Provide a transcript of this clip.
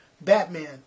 Batman